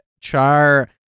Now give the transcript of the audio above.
Char